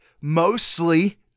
mostly